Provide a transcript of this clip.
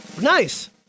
Nice